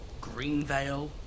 Greenvale